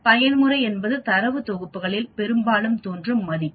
பயன்முறை என்பது தரவுத் தொகுப்புகளில் பெரும்பாலும் தோன்றும் மதிப்பு